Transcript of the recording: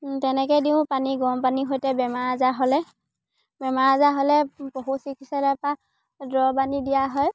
তেনেকেই দিওঁ পানী গৰম পানীৰ সৈতে বেমাৰ আজাৰ হ'লে বেমাৰ আজাৰ হ'লে পশু চিকিৎসালয়ৰ পৰা দৰৱ আনি দিয়া হয়